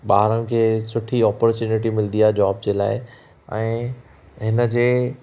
ॿारनि खे सुठी अपोर्चुनिटी मिलदी आहे जॉब जे लाइ ऐं हिन जे